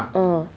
ah